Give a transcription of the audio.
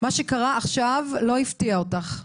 מה שקרה עכשיו לא הפתיע אותך.